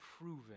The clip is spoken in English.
proven